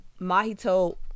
Mahito